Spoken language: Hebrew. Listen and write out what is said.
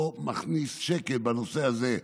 לא מכניס שקל בנושא הזה,